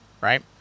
right